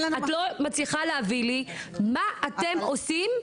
את לא מצליחה להביא לי מה אתם עושים.